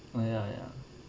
oh ya ya